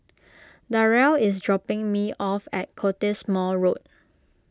Darell is dropping me off at Cottesmore Road